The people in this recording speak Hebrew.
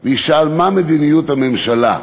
כלשהו וישאל מה מדיניות הממשלה,